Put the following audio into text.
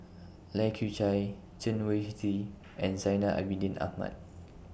Lai Kew Chai Chen Wen Hsi and Zainal Abidin Ahmad